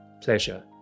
pleasure